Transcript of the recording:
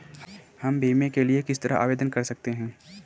हम बीमे के लिए किस तरह आवेदन कर सकते हैं?